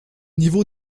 niveau